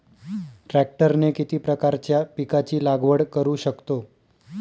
ट्रॅक्टरने किती प्रकारच्या पिकाची लागवड करु शकतो?